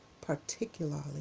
particularly